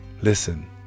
listen